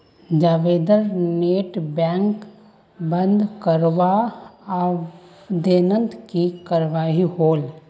जावेदेर net banking बंद करवार आवेदनोत की कार्यवाही होल?